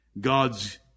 God's